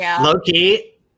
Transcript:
Loki